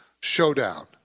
showdown